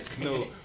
No